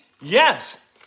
Yes